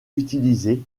utilisées